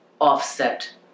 offset